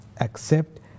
accept